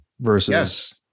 versus